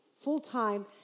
full-time